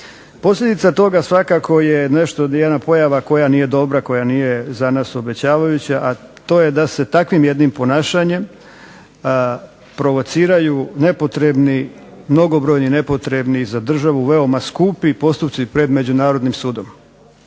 Posljedica toga svakako je jedna pojava koja nije dobra, koja nije za nas obećavajuća, a to je da se takvim jednim ponašanjem provociraju nepotrebni, mnogobrojni nepotrebni i za državu veoma skupi postupci pred Međunarodnim sudom